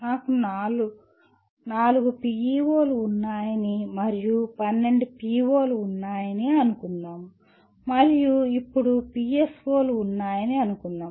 నాకు నాలుగు PEO లు ఉన్నాయని మరియు 12 PO లు ఉన్నాయని అనుకుందాం మరియు మూడు PSO లు ఉన్నాయని అనుకుందాం